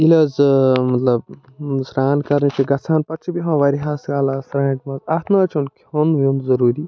ییٚلہِ حظ مطلب سران کرنہِ چھِ گَژھان پتہٕ چھِ ہیٚہوان وارِیاہس کالس سرانٛٹہِ منٛز اتھ منٛز چھُنہٕ کھیوٚن ویُن ضُروٗری